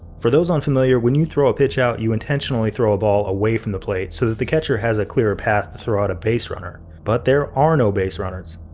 for those unfamiliar, when you throw a pitch out, you intentionally throw a ball away from the plate so that the catcher has a clear path to throw out a base runner. but there are no base runners!